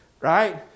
Right